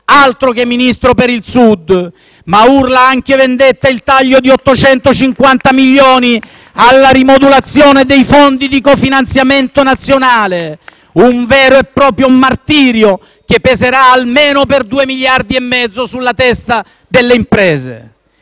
PD e del senatore Vitali)*. Ma urla vendetta anche il taglio di 850 milioni alla rimodulazione dei fondi di cofinanziamento nazionale: un vero e proprio martirio, che peserà almeno per due miliardi e mezzo sulla testa delle imprese.